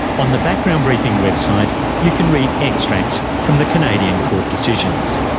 on the background briefing website you can read extracts from the canadian court decisions.